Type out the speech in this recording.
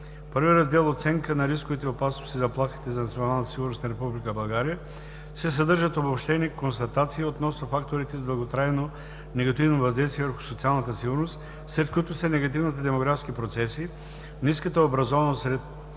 Първи раздел „Оценка на рисковете, опасностите и заплахите за националната сигурност на Република България” се съдържат обобщени констатации относно факторите с дълготрайно негативно въздействие върху социалната сигурност, сред които са негативните демографски процеси, ниската образованост сред